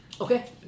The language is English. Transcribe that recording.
Okay